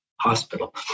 hospital